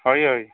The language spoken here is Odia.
ହଏ ହଏ